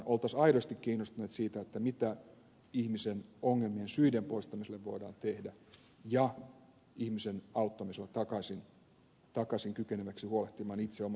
oltaisiin aidosti kiinnostuneita siitä mitä ihmisen ongelmien syiden poistamiselle voidaan tehdä ja ihmisen auttamisella takaisin kykeneväksi huolehtimaan itse omasta toimeentulostaan